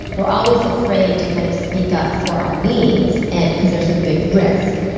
we're always afraid to kind of speak up for our needs and because there's a big risk,